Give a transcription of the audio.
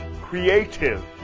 creative